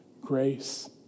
grace